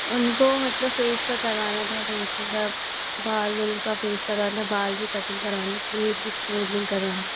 उनको मतलब फेस का करवाना था फेसिंग का बाल उल का फेस करवाना बाल भी कटिंग करवानी थी स्मूदनिंग करवानी